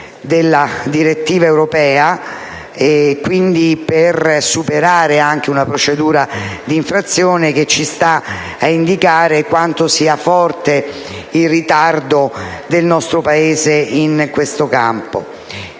della direttiva europea e, quindi, per superare una procedura di infrazione che ci sta ad indicare quanto sia forte il ritardo del nostro Paese in questo campo.